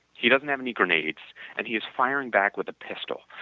he doesn't have any grenades and he is firing back with a pistol.